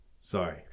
sorry